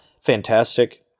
fantastic